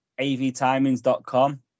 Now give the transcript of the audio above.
avtimings.com